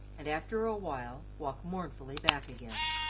and after a while walk mournfully back again.